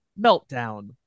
meltdown